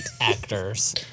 actors